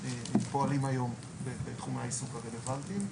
שפועלים היום בתחומי העיסוק הרלוונטיים,